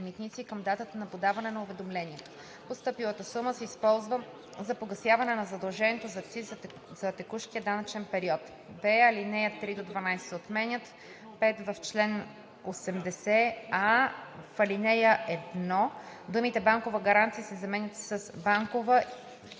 думите „банкова гаранция“ се заменят с „банкова/и